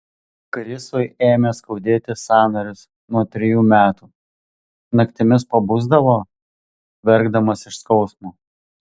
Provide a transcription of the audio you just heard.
krisui ėmė skaudėti sąnarius nuo trejų metų naktimis pabusdavo verkdamas iš skausmo